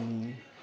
अनि